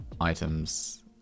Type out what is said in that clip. items